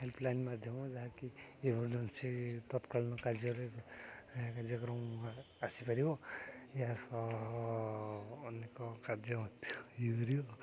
help line ମାଧ୍ୟମ ଯାହାକି emergency ତତ୍କାଳୀନ କାର୍ଯ୍ୟରେ କାର୍ଯ୍ୟକ୍ରମ ଆସିପାରିବ ଏହା ସହ ଅନେକ କାର୍ଯ୍ୟ ମଧ୍ୟ ଇଏ କରିବ